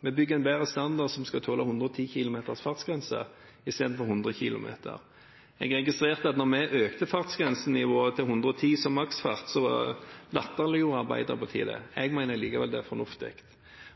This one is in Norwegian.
Vi bygger en standard som skal tåle en fartsgrense på 110 km/t istedenfor 100 km/t. Jeg registrerte at da vi økte fartsgrensen i vår til 110 km/t, latterliggjorde Arbeiderpartiet det. Jeg mener det likevel er fornuftig.